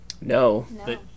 No